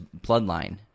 bloodline